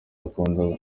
akunda